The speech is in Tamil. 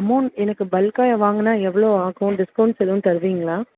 அமௌண்ட் எனக்கு பல்க்காக வாங்கினா எவ்வளோ ஆகும் டிஸ்கவுண்ட்ஸ் எதுவும் தருவீங்களா